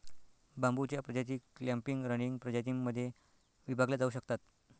बांबूच्या प्रजाती clumping, running प्रजातीं मध्ये विभागल्या जाऊ शकतात